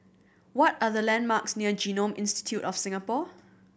what are the landmarks near Genome Institute of Singapore